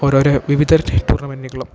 ഓരോരോ വിവിധ ടൂർണമെൻറ്റുകളും